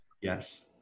yes